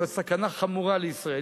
אבל זוהי סכנה חמורה לישראל.